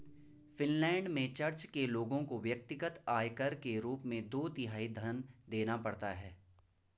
Finland में church के लोगों को व्यक्तिगत आयकर के रूप में दो तिहाई धन देना पड़ता है